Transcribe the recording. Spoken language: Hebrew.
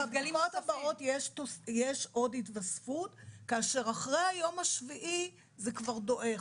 בבדיקות הבאות יש עוד התווספות כאשר אחרי היום השביעי זה כבר דועך,